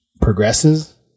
progresses